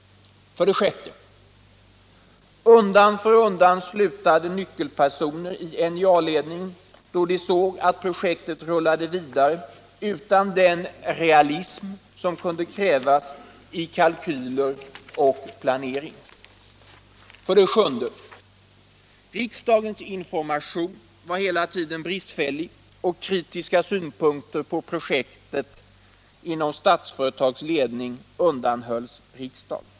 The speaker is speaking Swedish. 6. Undan för undan slutade nyckelpersoner i NJA-ledningen då de såg att projektet rullade vidare utan den realism som kunde krävas i kalkyler och planering. 7. Riksdagens information var hela tiden bristfällig, och kritiska synpunkter på projektet inom Statsföretags ledning undanhölls riksdagen.